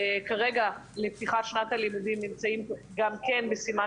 כרגע לפתיחת שנת הלימודים נמצאים גם כן בסימן